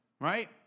right